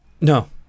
no